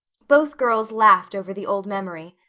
both girls laughed over the old memory.